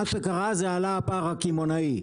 מה שקרה זה עלה הפער הקמעונאי,